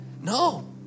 no